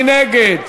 מי נגד?